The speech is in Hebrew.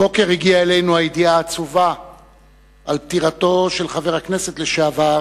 הבוקר הגיעה אלינו הידיעה העצובה על פטירתו של חבר הכנסת לשעבר